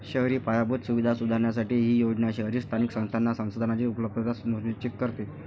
शहरी पायाभूत सुविधा सुधारण्यासाठी ही योजना शहरी स्थानिक संस्थांना संसाधनांची उपलब्धता सुनिश्चित करते